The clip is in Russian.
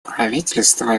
правительство